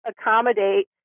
accommodate